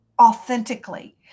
authentically